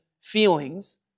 feelings